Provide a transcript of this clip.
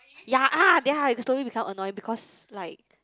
yea ah they slowly become annoying because like